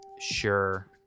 Sure